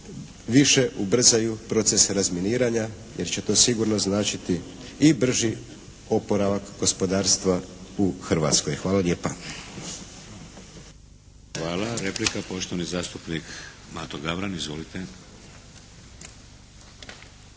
više ubrzaju procese razminiranja jer će to sigurno značiti i brži oporavak gospodarstva u Hrvatskoj. Hvala lijepa. **Šeks, Vladimir (HDZ)** Hvala. Replika. Poštovani zastupnik Mato Gavran. Izvolite.